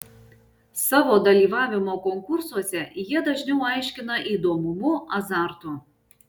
savo dalyvavimą konkursuose jie dažniau aiškina įdomumu azartu